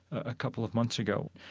a couple of months ago.